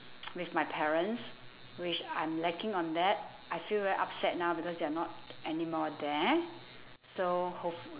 with my parents which I'm lacking on that I feel very upset now because they are not anymore there so hopeful~